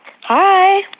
Hi